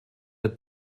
der